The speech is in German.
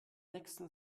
nächsten